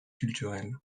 culturel